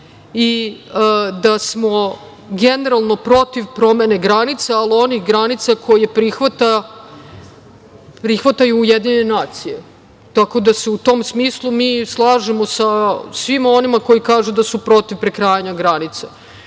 i da smo generalno protiv promene granica, ali onih granica koje prihvataju UN. Tako da se u tom smislu mi slažemo sa svima onima koji kažu da su protiv prekrajanja granica. Mislim